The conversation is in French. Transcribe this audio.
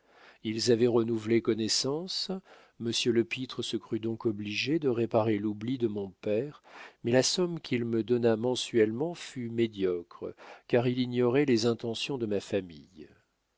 ils avaient renouvelé connaissance monsieur lepître se crut donc obligé de réparer l'oubli de mon père mais la somme qu'il me donna mensuellement fut médiocre car il ignorait les intentions de ma famille